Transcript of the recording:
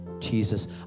Jesus